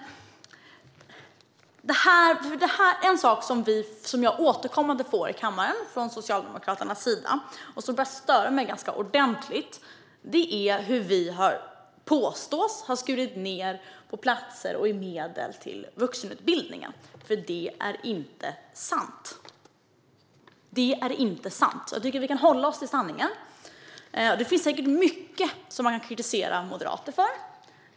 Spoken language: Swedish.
En sak som jag återkommande får höra i kammaren från Socialdemokraterna och som börjar att störa mig ganska ordentligt är att vi påstås ha skurit ned på platser inom och medel till vuxenutbildningen. Det är inte sant. Jag tycker att vi kan hålla oss till sanningen. Det finns säkert mycket som man kan kritisera Moderaterna för.